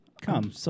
Come